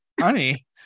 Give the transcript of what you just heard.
honey